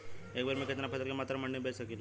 एक बेर में कितना फसल के मात्रा मंडी में बेच सकीला?